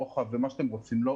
לרוחב ומה שאתם רוצים לא,